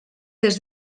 des